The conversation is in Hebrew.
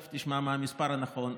תכף תשמע מה המספר הנכון,